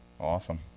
awesome